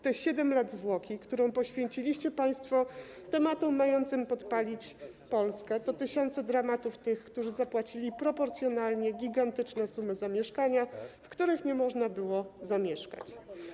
Te 7 lat zwłoki, które poświęciliście państwo tematom mającym podpalić Polskę, to tysiące dramatów tych, którzy zapłacili proporcjonalnie gigantyczne sumy za mieszkania, w których nie można było zamieszkać.